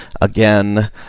again